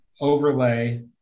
overlay